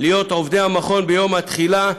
להיות עובדי המכון ביום התחילה,